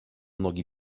nogi